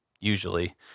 usually